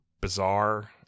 bizarre